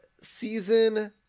season